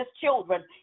children